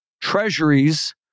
Treasuries